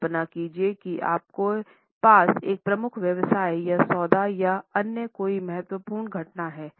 कल्पना कीजिए कि आपके पास एक प्रमुख व्यवसाय का सौदा या अन्य कोई महत्वपूर्ण घटना है